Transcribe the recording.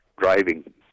driving